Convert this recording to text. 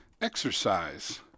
exercise